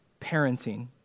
parenting